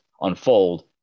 unfold